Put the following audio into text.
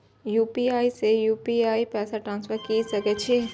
UPI से UPI पैसा transfer की सके छी?